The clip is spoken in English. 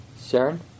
Sharon